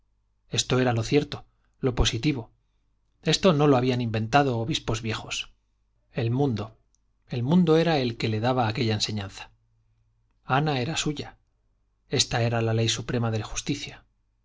esto era lo cierto lo positivo esto no lo habían inventado obispos viejos el mundo el mundo era el que le daba aquella enseñanza ana era suya ésta era la ley suprema de justicia